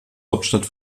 hauptstadt